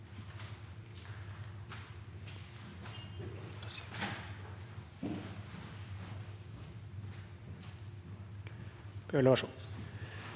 Hva er det dere